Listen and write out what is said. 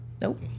Nope